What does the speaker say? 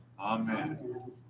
Amen